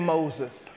Moses